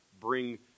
bring